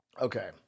Okay